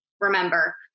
remember